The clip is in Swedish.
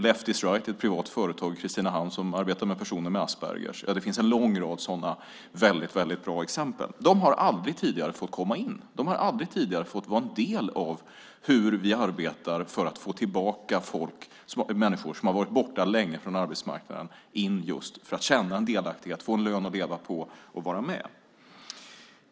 Left is Right är ett privat företag i Kristinehamn som arbetar med personer med Aspergers. Det finns en lång rad mycket bra exempel. De har aldrig tidigare fått komma in. De har aldrig tidigare fått vara en del av hur vi arbetar för att få tillbaka människor som länge varit borta från arbetsmarknaden att komma in och känna delaktighet, få en lön att leva på och vara med.